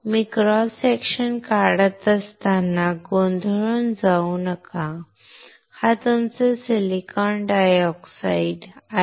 मी cross section काढत असताना गोंधळून जाऊ नका हा तुमचा सिलिकॉन डायऑक्साइड SiO2 Si आहे